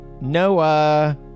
Noah